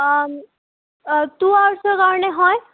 অঁ অঁ টু আৱাৰ্চৰ কাৰণে হয়